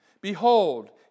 Behold